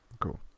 Cool